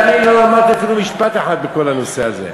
כי לא אמרתי אפילו משפט אחד בכל הנושא הזה,